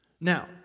Now